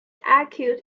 acute